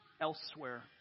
elsewhere